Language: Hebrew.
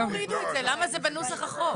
זה בנוסח החוק?